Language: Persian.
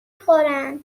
میخورن